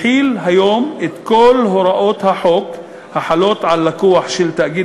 מחיל היום את כל הוראות החוק החלות על לקוח של תאגיד